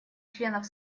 членов